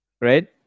right